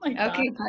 Okay